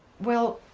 well,